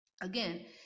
again